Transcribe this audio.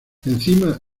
encima